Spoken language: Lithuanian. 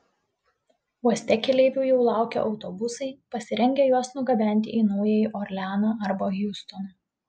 uoste keleivių jau laukia autobusai pasirengę juos nugabenti į naująjį orleaną arba hjustoną